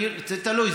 זה תלוי.